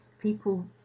people